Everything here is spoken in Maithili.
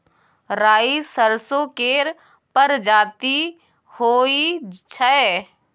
राई सरसो केर परजाती होई छै